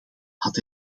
had